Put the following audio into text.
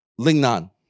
Lingnan